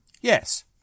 Yes